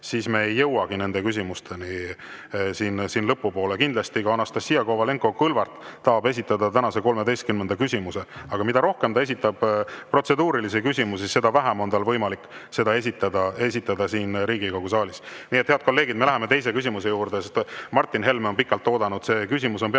siis me ei jõuagi nende küsimusteni. Lõpu poole tahab kindlasti Anastassia Kovalenko-Kõlvart esitada tänase 13. küsimuse, aga mida rohkem ta esitab protseduurilisi küsimusi, seda vähem on tal võimalik seda esitada siin Riigikogu saalis. Head kolleegid, me läheme teise küsimuse juurde, sest Martin Helme on pikalt oodanud. Küsimus on peaminister